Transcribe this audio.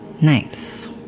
Nice